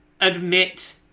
admit